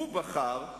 הוא בחר,